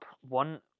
one